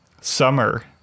summer